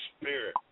Spirit